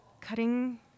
cutting